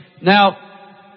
Now